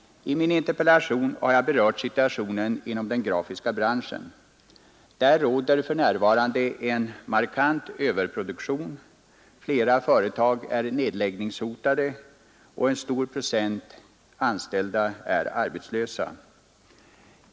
I min interpellation har jag berört situationen inom den grafiska branschen. Där råder för närvarande en markant överproduktion. Flera företag är nedläggningshotade, och en stor procent av de anställda är arbetslösa.